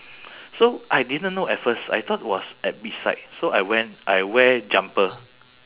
so I didn't know at first I thought was at beach side so I wear I wear jumper